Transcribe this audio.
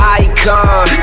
icon